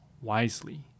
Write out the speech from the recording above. wisely